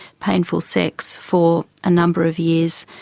painful sex for a number of years.